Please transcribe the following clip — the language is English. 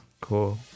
Cool